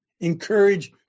Encourage